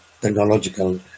technological